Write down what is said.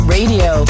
Radio